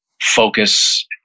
focus